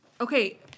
Okay